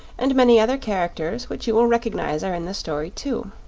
and many other characters which you will recognize are in the story, too.